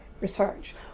research